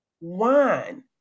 wine